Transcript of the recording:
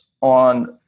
on